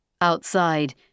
Outside